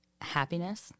happiness